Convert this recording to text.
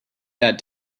that